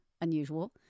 unusual